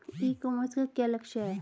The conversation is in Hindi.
ई कॉमर्स का लक्ष्य क्या है?